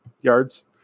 yards